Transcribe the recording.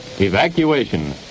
Evacuation